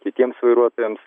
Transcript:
kitiems vairuotojams